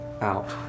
out